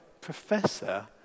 Professor